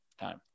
time